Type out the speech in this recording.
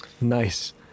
Nice